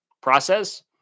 process